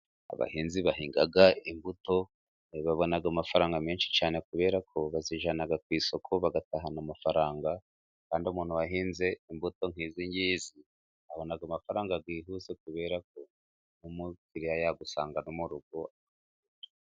Abahinzi bahinga imbuto babona amafaranga menshi cyane, kubera ko bazijyana ku isoko bagatahana amafaranga, kandi umuntu wahinze imbuto nk'izi ngizi abona amafaranga yihuse kubera ko umukiriya yagusanga no mu rugo.